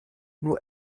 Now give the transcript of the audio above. nur